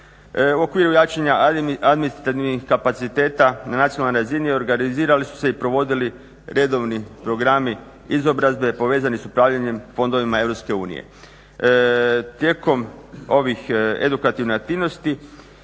U okviru jačanja administrativnih kapaciteta na nacionalnoj razini organizirali su se i provodili redovni programi izobrazbe povezani s upravljanjem fondovima EU. Tijekom ovih edukativnih aktivnosti